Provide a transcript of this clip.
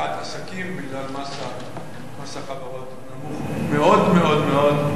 משיכת עסקים, בגלל מס חברות נמוך מאוד מאוד מאוד,